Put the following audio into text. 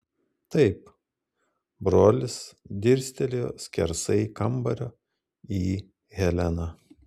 taip brolis dirstelėjo skersai kambario į heleną